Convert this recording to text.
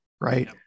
Right